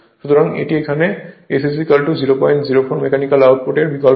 সুতরাং এটি এখানে S 004 মেকানিকাল আউটপুট এর বিকল্প হয়